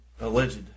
Alleged